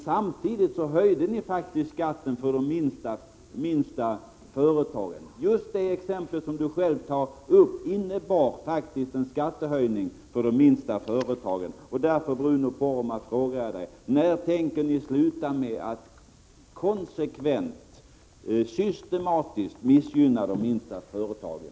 Samtidigt höjde ni faktiskt skatten för de minsta företagen. Just det exempel som Bruno Poromaa själv tog upp visar att det innebär en skattehöjning för de minsta företagen. Därför frågar jag Bruno Poromaa: När tänker ni sluta med att konsekvent och systematiskt missgynna de minsta företagen?